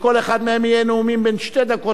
שכל אחד מהם יהיה נאום בן שתי דקות,